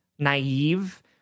Naive